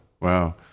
Wow